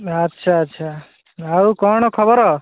ଆଚ୍ଛା ଆଚ୍ଛା ଆଉ କ'ଣ ଖବର